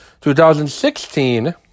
2016